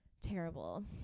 Terrible